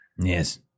Yes